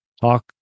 talk